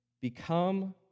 become